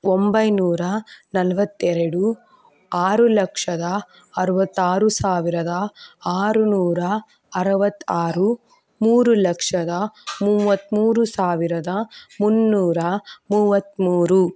ಒಂಬೈನೂರ ನಲವತ್ತೆರಡು ಆರು ಲಕ್ಷದ ಅರವತ್ತಾರು ಸಾವಿರದ ಆರು ನೂರ ಅರವತ್ತ ಆರು ಮೂರು ಲಕ್ಷದ ಮೂವತ್ತ್ಮೂರು ಸಾವಿರದ ಮುನ್ನೂರ ಮೂವತ್ತ್ಮೂರು